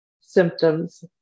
symptoms